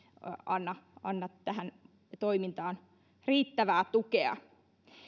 anna anna tähän toimintaan riittävää tukea